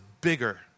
bigger